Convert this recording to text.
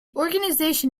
organisation